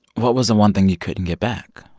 what was the one thing you couldn't get back?